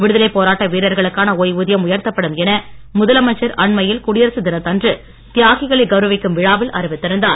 விடுதலைப்போராட்ட லட்சம் ருபாய் வீர்ர்களுக்கான ஒய்வூதியம் உயர்த்தப்படும் என முதலமைச்சர் அண்மையில் குடியரசு தினத்தன்று தியாகிகளை கௌரவிக்கும் விழாவில் அறிவித்திருந்தார்